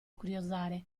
curiosare